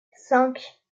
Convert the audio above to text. cinq